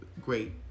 great